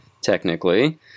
technically